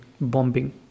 bombing